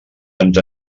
ens